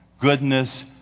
goodness